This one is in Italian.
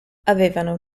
avevano